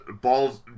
balls